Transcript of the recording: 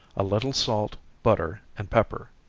a little salt, butter, and pepper.